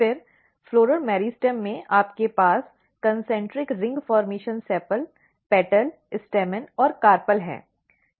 फिर पुष्प मेरिस्टेम में आपके पास कन्सिन्ट्रिक रिंग फॉर्मेशन सेपल पंखुड़ी पुंकेसर और कार्पल है